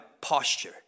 posture